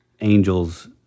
Angels